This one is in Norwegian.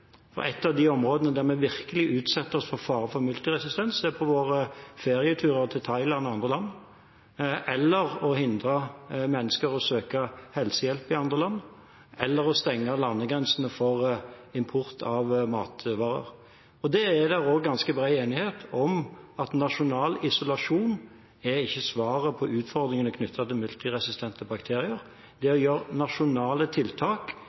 – et område hvor vi virkelig utsetter oss for fare for multiresistens, er på våre ferieturer til Thailand og andre land – hindre mennesker i å søke helsehjelp i andre land, eller stenge landegrensene for import av matvarer. Det er også ganske bred enighet om at nasjonal isolasjon ikke gir svaret på utfordringene knyttet til multiresistente bakterier. Det gjør nasjonale tiltak